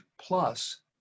Plus